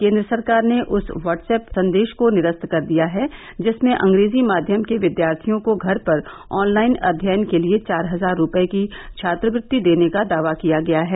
केन्द्र सरकार ने उस व्हाट्स एप संदेश को निरस्त कर दिया है जिसमें अंग्रेजी माध्यम के विद्यार्थियों को घर पर ऑनलाइन अध्ययन के लिए चार हजार रुपये की छात्रवृत्ति देने का दावा किया गया है